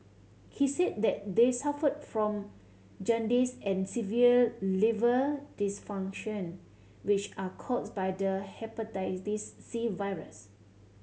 he said that they suffered from jaundice and severe liver dysfunction which are caused by the Hepatitis C virus